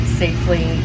safely